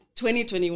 2021